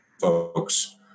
folks